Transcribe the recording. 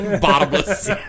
Bottomless